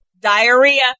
Diarrhea